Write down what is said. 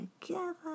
together